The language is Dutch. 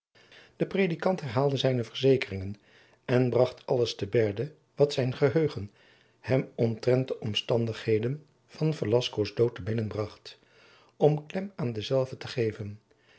de predikant herhaalde zijne verzekeringen en bracht alles te berde wat zijn geheugen hem omtrent de omstandigheden van velascoos dood te binnen bracht om klem aan dezelve te geven